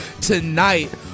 tonight